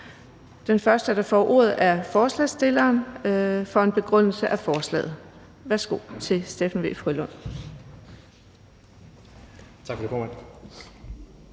Den første, der får ordet, er ordføreren for forslagsstillerne for en begrundelse af forslaget. Værsgo til Steffen W. Frølund.